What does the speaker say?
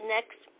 Next